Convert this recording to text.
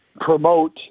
promote